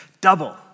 double